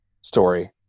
story